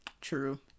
true